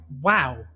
wow